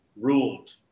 ruled